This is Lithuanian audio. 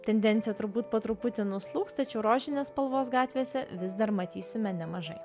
tendencija turbūt po truputį nuslūgs tačiau rožinės spalvos gatvėse vis dar matysime nemažai